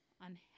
on